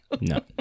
no